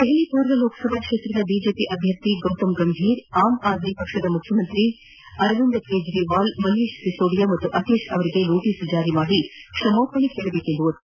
ದೆಹಲಿ ಪೂರ್ವ ಲೋಕಸಭಾ ಕ್ಷೇತ್ರದ ಬಿಜೆಪಿ ಅಭ್ಯರ್ಥಿ ಗೌತಮ್ ಗಂಭೀರ್ ಆಮ್ ಆದ್ನಿ ಪಕ್ಷದ ಮುಖ್ಯಮಂತ್ರಿ ಅರವಿಂದ್ ಕೇಜ್ರವಾಲ್ ಮನೀತ್ ಸಿಸೋಡಿಯಾ ಹಾಗೂ ಅತೀಶ್ ಅವರಿಗೆ ನೋಟಸ್ ಜಾರಿ ಮಾಡಿ ಕ್ಷಮಾಪಣೆ ಕೇಳಬೇಕೆಂದು ಒತ್ತಾಯಿಸಿದ್ದಾರೆ